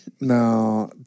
No